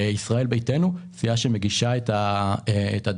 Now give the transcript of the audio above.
ישראל ביתנו היא סיעה שמגישה את הדוחות